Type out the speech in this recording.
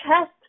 chest